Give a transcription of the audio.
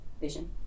vision